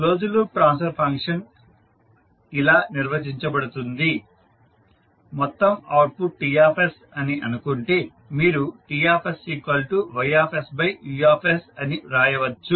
closed loop transfer function ఇలా ఇవ్వబడుతుంది మొత్తం అవుట్పుట్ T అని అనుకుంటే మీరు T Y U అని వ్రాయవచ్చు